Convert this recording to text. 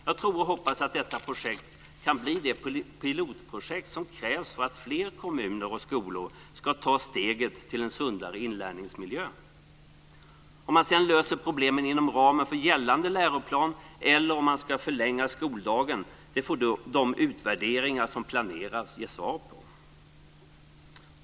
Jag tror, och hoppas, att detta projekt kan bli det pilotprojekt som krävs för att fler kommuner och skolor ska ta steget mot en sundare inlärningsmiljö. Om man sedan löser problemen inom ramen för gällande läroplan eller om man ska förlänga skoldagen får de utvärderingar som planeras ge svar på.